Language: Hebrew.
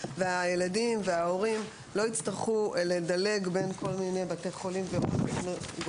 והילדים וההורים לא יצטרכו לדלג בין כל מיני בתי חולים וגורמים,